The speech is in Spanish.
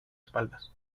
espaldas